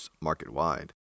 market-wide